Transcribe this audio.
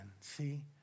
See